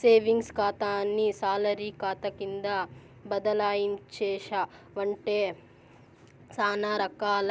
savings కాతాని salary కాతా కింద బదలాయించేశావంటే సానా రకాల